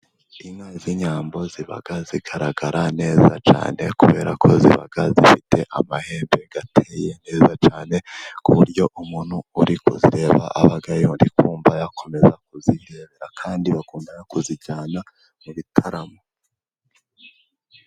Inka z'inyambo ziba zigaragara neza cyane kubera ko ziba zifite amahembe ateye neza cyane, ku buryo umuntu uri kuzireba aba ari kumva yakomeza kuzireba, kandi bakunda kuzijyana mu bitaramo.